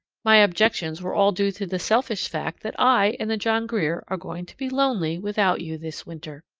my objections were all due to the selfish fact that i and the john grier are going to be lonely without you this winter.